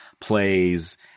plays